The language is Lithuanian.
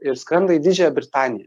ir skrenda į didžiąją britaniją